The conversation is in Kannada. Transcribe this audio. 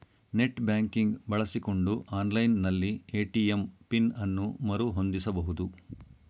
ನೆಟ್ ಬ್ಯಾಂಕಿಂಗ್ ಬಳಸಿಕೊಂಡು ಆನ್ಲೈನ್ ನಲ್ಲಿ ಎ.ಟಿ.ಎಂ ಪಿನ್ ಅನ್ನು ಮರು ಹೊಂದಿಸಬಹುದು